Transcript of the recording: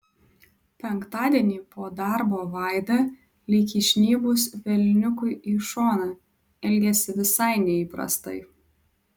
penktadienį po darbo vaida lyg įžnybus velniukui į šoną elgėsi visai neįprastai